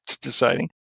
deciding